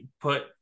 put